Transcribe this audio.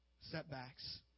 setbacks